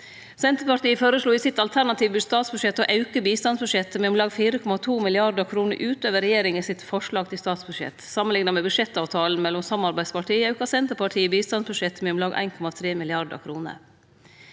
Senterpartiet føreslo i sitt alternative statsbudsjett å auke bistandsbudsjettet med om lag 4,2 mrd. kr utover regjeringa sitt forslag til statsbudsjett. Samanlikna med budsjettavtalen mellom samarbeidspartia aukar Senterpartiet bistandsbudsjettet med om lag 1,3 mrd. kr.